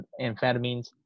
amphetamines